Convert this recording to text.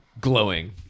glowing